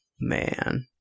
man